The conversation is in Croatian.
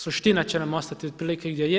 Suština će nam ostati otprilike gdje je.